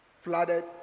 flooded